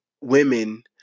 women